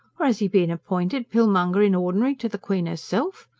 or as e been appointed pillmonger-in-ordinary to the queen erself?